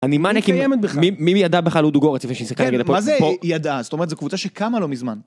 אני מניאק אם בכלל מי מי ידע בכלל הוא דוגו רציפה שיש כאלה ידעה זאת אומרת זה קבוצה שקמה לו מזמן.